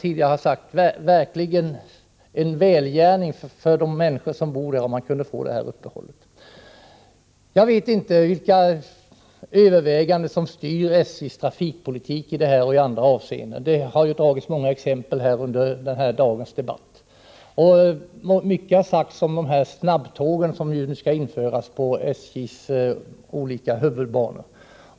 Kunde man, som sagt, få ett tåguppehåll i Bålsta, skulle det verkligen vara värdefullt för människorna där. Jag vet inte vilka överväganden som styr SJ:s trafikpolitik i detta och andra avseenden. Under dagens debatt har det ju lämnats många exempel. Mycket har sagts om snabbtågen som skall införas på SJ:s olika huvudbanor.